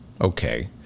Okay